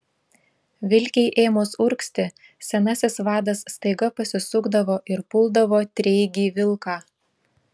vilkei ėmus urgzti senasis vadas staiga pasisukdavo ir puldavo treigį vilką